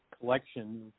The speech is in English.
collection